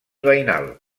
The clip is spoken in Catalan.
veïnal